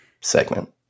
segment